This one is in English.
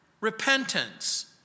repentance